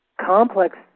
Complex